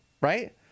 right